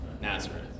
Nazareth